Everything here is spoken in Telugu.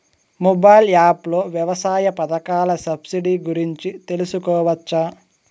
మొబైల్ యాప్ లో వ్యవసాయ పథకాల సబ్సిడి గురించి తెలుసుకోవచ్చా?